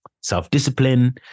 self-discipline